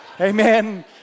Amen